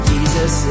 Jesus